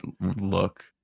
look